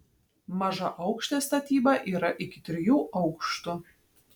mažaaukštė statyba yra iki trijų aukštų